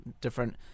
different